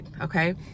Okay